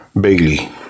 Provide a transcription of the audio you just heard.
bailey